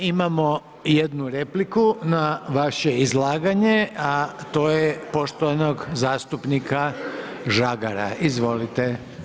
Imamo jednu repliku na vaše izlaganje, a to je poštovanog zastupnika Žagara, izvolite.